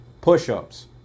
push-ups